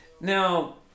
Now